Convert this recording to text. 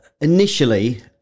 initially